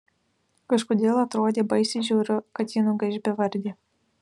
kažkodėl atrodė baisiai žiauru kad ji nugaiš bevardė